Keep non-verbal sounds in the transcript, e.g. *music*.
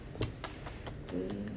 *noise*